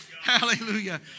hallelujah